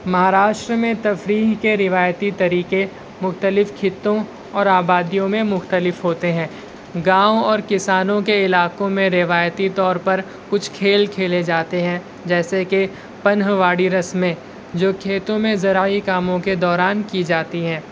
مہاراشٹر میں تفریح کے روایتی طریقے مختلف خطوں اور آبادیوں میں مختلف ہوتے ہیں گاؤں اور کسانوں کے علاقوں میں روایتی طور پر کچھ کھیل کھیلے جاتے ہیں جیسے کہ پنہواڑی رسمیں جو کھیتوں میں زرعی کاموں کے دوران کی جاتی ہیں